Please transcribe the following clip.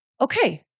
okay